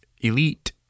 Elite